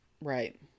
Right